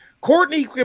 Courtney